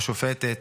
או שופטת,